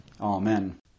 Amen